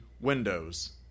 windows